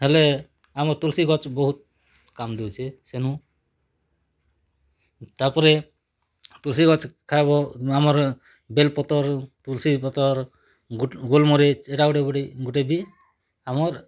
ହେଲେ ଆମ ତୁଲସି ଗଛ ବହୁତ କାମ୍ ଦଉଚି ସେନୁ ତା'ପରେ ତୁଲସି ଗଛ ଖାଇବ ନୁ ଆମର ବେଲ୍ ପତର୍ ତୁଲସି ପତର ଗୋଲ ମରିଚ ଏଇଟା ଗୁଟେ ଗୁଟେ ବି ଆମର